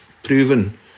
Proven